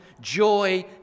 joy